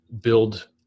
build